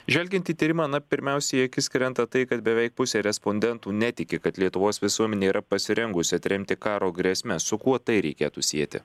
žvelgiant į tyrimą na pirmiausia į akis krenta tai kad beveik pusė respondentų netiki kad lietuvos visuomenė yra pasirengusi atremti karo grėsmes su kuo tai reikėtų sieti